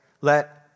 let